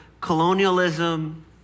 colonialism